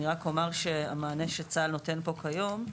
אני רק אומר שהמענה שצה"ל נותן פה כיום,